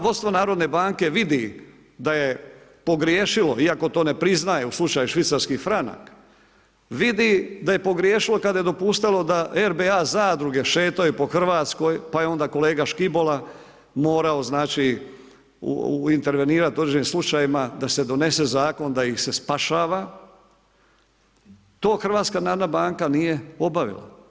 Vodstvo Narodne banke vidi da je pogriješilo iako to ne priznaje u slučaju švicarski franak, vidi da je pogriješilo kada je dopuštalo da RBA zadruge šetaju po Hrvatskoj, pa je onda kolega Škibola morao intervenirati u određenim slučajevima da se donese zakon da ih se spašava, to HNB nije obavila.